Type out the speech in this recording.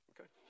Okay